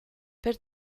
per